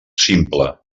simple